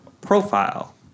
profile